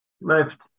left